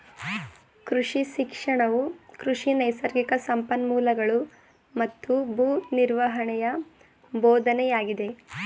ಕೃಷಿ ಶಿಕ್ಷಣವು ಕೃಷಿ ನೈಸರ್ಗಿಕ ಸಂಪನ್ಮೂಲಗಳೂ ಮತ್ತು ಭೂ ನಿರ್ವಹಣೆಯ ಬೋಧನೆಯಾಗಿದೆ